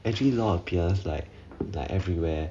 actually law appears like like everywhere